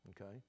okay